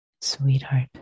sweetheart